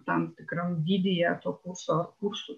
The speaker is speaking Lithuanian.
tam tikram dydyje to kurso kursų